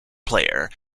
player